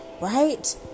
right